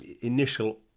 initial